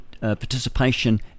participation